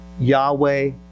Yahweh